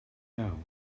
iawn